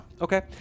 Okay